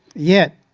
yet,